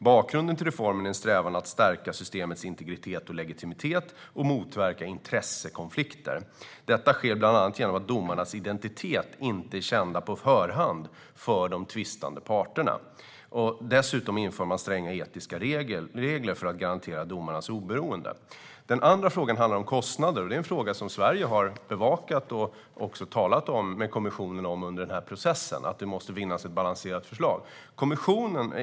Bakgrunden till reformen är en strävan att stärka systemets integritet och legitimitet och motverka intressekonflikter. Detta sker bland annat genom att domarnas identitet inte är känd på förhand för de tvistande parterna. Dessutom inför man stränga etiska regler för att garantera domarnas oberoende. Den andra delen handlar om kostnader. Det är en fråga som Sverige har bevakat, och under processen har vi talat med kommissionen om att det måste finnas ett balanserat förslag.